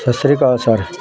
ਸਤਿ ਸ੍ਰੀ ਅਕਾਲ ਸਰ